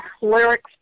lyrics